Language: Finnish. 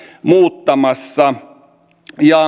muuttamassa